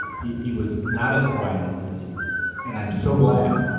he he was not as quiet as he is here and i'm so glad.